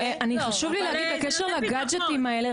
חשוב לי להגיד בקשר לגדג'טים האלה,